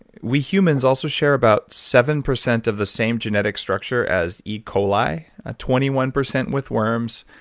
we humans also share about seven percent of the same genetic structure as e. coli, ah twenty one percent with worms,